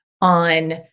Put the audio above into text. on